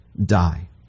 die